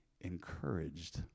encouraged